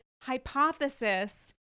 hypothesis